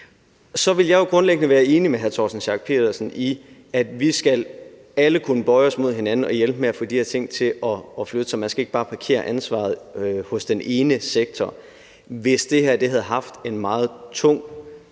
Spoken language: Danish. at jeg jo grundlæggende er enig med hr. Torsten Schack Pedersen i, at vi alle skal kunne bøje os mod hinanden og hjælpe med at få de her ting til at flytte sig. Man skal ikke bare parkere ansvaret hos den ene sektor, altså hvis det her havde været en meget tung